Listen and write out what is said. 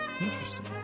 Interesting